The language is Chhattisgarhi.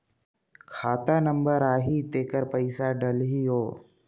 खाता नंबर आही तेकर पइसा डलहीओ?